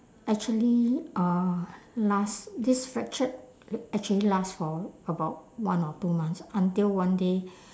actually uh last this fractured actually last for about one or two months until one day